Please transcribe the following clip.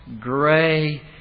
gray